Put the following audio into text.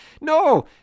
No